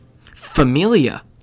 Familia